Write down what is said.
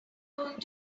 going